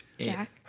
Jack